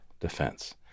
defense